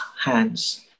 hands